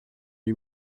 son